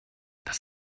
das